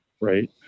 right